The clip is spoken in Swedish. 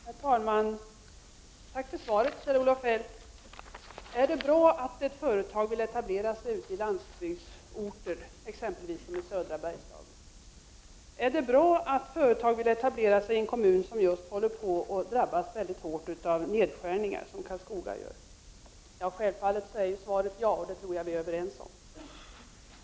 Herr talman! Tack för svaret, Kjell-Olof Feldt! Är det bra att företag vill etablera sig på orter ute i landsbygden, som exempelvis i södra Bergslagen? Är det bra att företag vill etablera sig i en kommun som just håller på att drabbas av nedskärningar, som fallet är i Karlskoga? Självfallet är svaret ja, och det tror jag att vi är överens om.